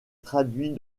traduits